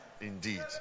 Indeed